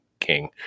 King